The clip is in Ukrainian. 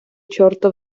чорта